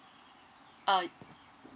uh